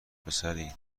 پسری